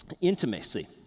intimacy